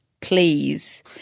please